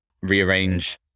rearrange